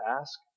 ask